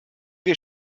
wir